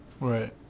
Right